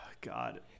god